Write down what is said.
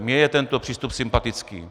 Mně je tento přístup sympatický.